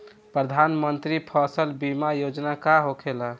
प्रधानमंत्री फसल बीमा योजना का होखेला?